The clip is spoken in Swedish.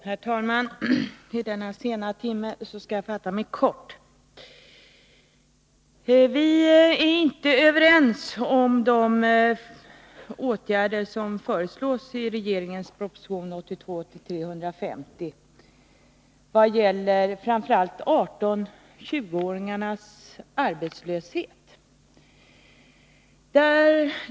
Herr talman! I denna sena timme skall också jag fatta mig kort. Vi är inte överens med regeringen beträffande de åtgärder som föreslås i proposition 1982/83:150, framför allt inte när det gäller 18-20-åringarnas arbetslöshet.